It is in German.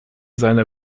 seiner